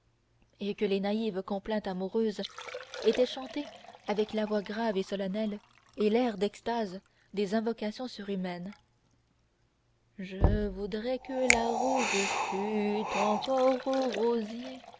et que les naïves complaintes amoureuses étaient chantées avec la voix grave et solennelle et l'air d'extase des invocations surhumaines je voudrais que la rose fût encore au rosier